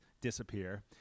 disappear